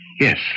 Yes